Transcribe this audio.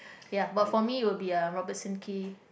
ya but for me will be uh Robertson-Quay